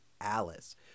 Alice